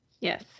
Yes